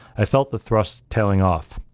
i felt the thrust tailing off,